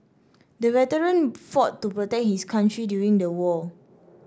the veteran fought to protect his country during the war